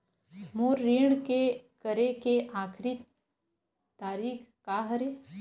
मोर ऋण के करे के आखिरी तारीक का हरे?